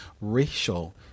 racial